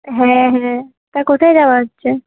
হ্যাঁ হ্যাঁ তা কোথায় যাওয়া হচ্ছে